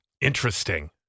Interesting